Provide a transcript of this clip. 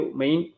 main